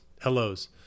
hellos